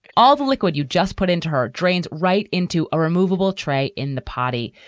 all the liquid you just put into her drains right into a removable tray in the potty.